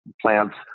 plants